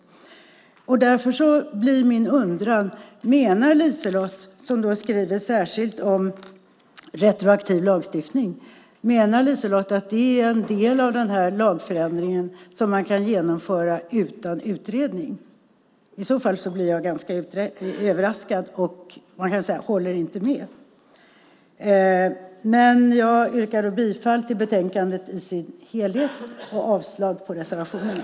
Därför blir min undran: Menar LiseLotte Olsson, som skriver särskilt om retroaktiv lagstiftning, att det är en del av den här lagförändringen som kan genomföras utan en utredning? I så fall blir jag ganska överraskad och håller inte med. Jag yrkar bifall till förslaget i betänkandet i sin helhet och avslag på samtliga reservationer.